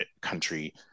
country